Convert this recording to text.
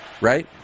right